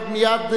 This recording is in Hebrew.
מייד,